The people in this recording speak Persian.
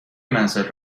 منزل